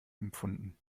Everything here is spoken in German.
empfunden